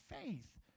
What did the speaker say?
faith